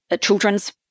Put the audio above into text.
children's